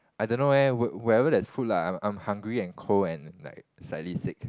I don't know eh wh~ wherever there's food lah I I am hungry and cold and like slightly sick